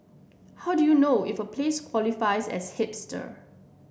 how do you know if a place qualifies as hipster